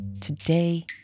today